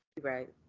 Right